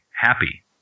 happy